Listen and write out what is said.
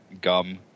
gum